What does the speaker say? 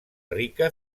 rica